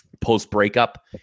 post-breakup